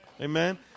Amen